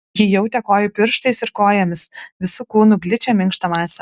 ji jautė kojų pirštais ir kojomis visu kūnu gličią minkštą masę